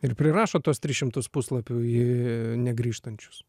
ir prirašot tuos tris šimtus puslapių į negrįžtančius